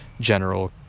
general